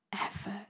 effort